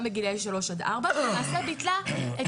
גם בגילאי 3 עד 4. ולמעשה ביטלה את